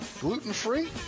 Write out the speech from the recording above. Gluten-free